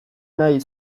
nahi